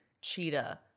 cheetah